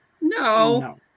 No